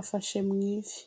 afashe mu ivi.